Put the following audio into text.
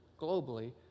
globally